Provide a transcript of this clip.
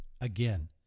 again